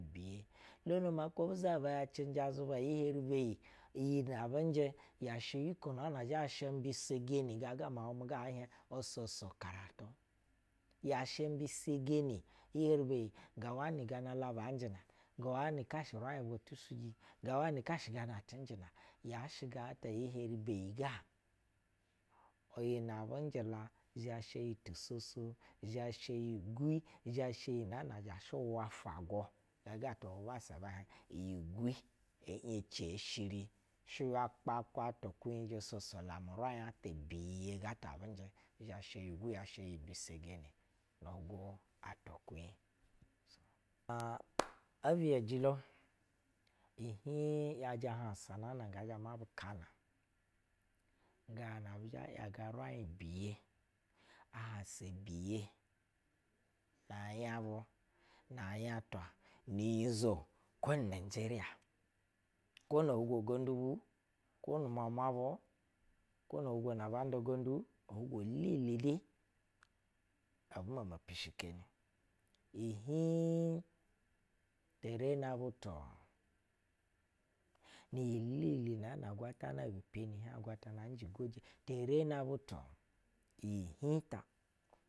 Lono ma kwo buzaba ya cɛnjɛ auzuba iyi heri beyi iyi nɛ abɛ njɛ ya sha iyi nɛɛnɛ zha sha mbisegeni gaga miany musga bu o so so karatu ya sha mmbisegeni iyi heri beyi ga wanɛ ga bala ba. njɛ na nu hwai gag a wanɛ ga gana la banjɛ na iyi heri beyiga iyinɛ abu njɛ la iyi tu soso izhɛ sha iyi gembi, izhɛ sha iyi na zha shɛ wafwagu iyi ogu ebi shiri. Sei apata atwa zhɛ sos-hidden voice aa. e biyejilo ihiŋ ‘yajɛ ahawa na ngɛɛ zhɛ mabu kawa yaga raiŋ biye na hausa na nya bun a nga twa ni nyizo kwo nigeria kwo no ohugwo gondu bu kwo nu mwamwa bu kwo no hugwo na ban da gondu fwolele abu mama pishikono ihiiŋ te rena butu iyi elele na agwatana bu peni te rena butu iyi hiŋta.